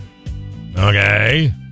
Okay